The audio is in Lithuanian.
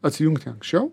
atsijungti anksčiau